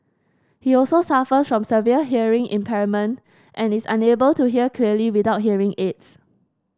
he also suffers from severe hearing impairment and is unable to hear clearly without hearing aids